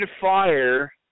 fire